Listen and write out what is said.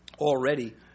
Already